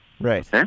Right